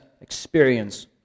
experience